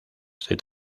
estoy